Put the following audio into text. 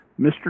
Mr